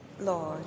Lord